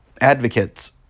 advocates